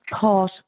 Caught